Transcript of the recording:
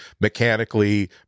mechanically